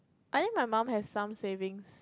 I think my mum has some savings